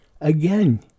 Again